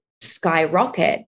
skyrocket